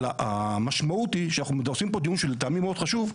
אבל המשמעות היא שאנחנו עושים פה דיון שלטעמי מאוד חשוב,